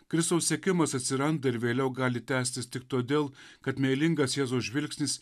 kristaus sekimas atsiranda ir vėliau gali tęstis tik todėl kad meilingas jėzaus žvilgsnis